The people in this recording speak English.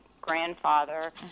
grandfather